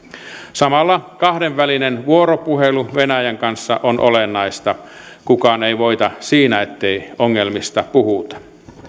samalla kahdenvälinen vuoropuhelu venäjän kanssa on olennaista kukaan ei voita siinä ettei ongelmista puhuta